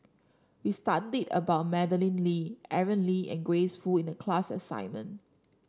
we studied about Madeleine Lee Aaron Lee and Grace Fu in the class assignment